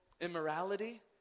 immorality